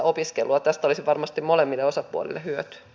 tästä olisi varmasti molemmille osapuolillehyöt